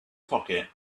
pocket